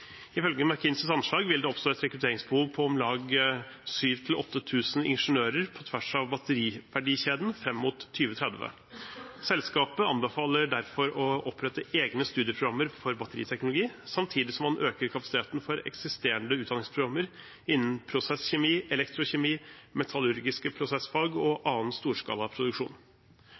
Ifølge McKinseys anslag vil det oppstå et rekrutteringsbehov på om lag 7 000–8 000 ingeniører på tvers av batteriverdikjeden fram mot 2030. Selskapet anbefaler derfor å opprette egne studieprogrammer for batteriteknologi, samtidig som man øker kapasiteten for eksisterende utdanningsprogrammer innen prosesskjemi, elektrokjemi, metallurgiske prosessfag og annen